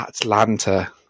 Atlanta